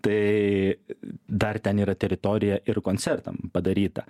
tai dar ten yra teritorija ir koncertam padaryta